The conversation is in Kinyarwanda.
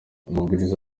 amabwiriza